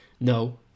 no